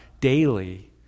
daily